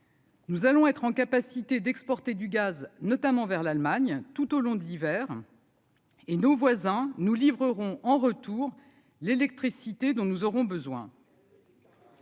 Nous allons être en capacité d'exporter du gaz, notamment vers l'Allemagne tout au long de l'hiver et nos voisins nous livrerons en retour l'électricité dont nous aurons besoin.